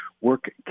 work